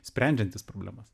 sprendžiantys problemas